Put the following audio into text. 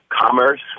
commerce